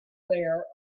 there